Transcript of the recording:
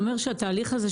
האם אתה אומר שהתהליך הזה,